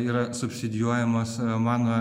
yra subsidijuojamos mano